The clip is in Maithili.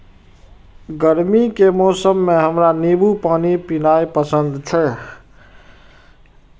गर्मी के मौसम मे हमरा नींबू पानी पीनाइ पसंद छै